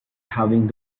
having